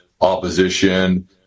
opposition